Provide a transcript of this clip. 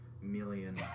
million